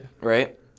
Right